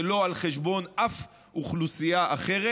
זה לא על חשבון אף אוכלוסייה אחרת.